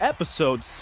Episode